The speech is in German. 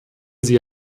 sie